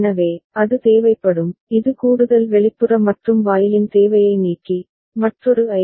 எனவே அது தேவைப்படும் இது கூடுதல் வெளிப்புற மற்றும் வாயிலின் தேவையை நீக்கி மற்றொரு ஐ